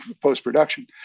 post-production